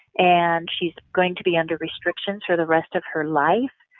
and she's going to be under restrictions for the rest of her life.